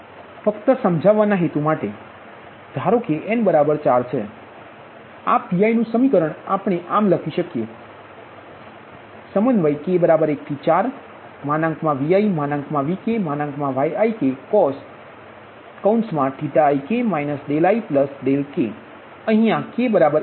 ફક્ત સમજવાના હેતુ માટે ધારો એ n 4 છે તેથી આ Pi નુ સમીકરણ આપણે આમ લખી શકીએ k14ViVkYikcosik ik અહીયા k બરાબર 1 થી 4 છે